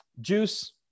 juice